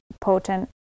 potent